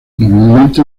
normalmente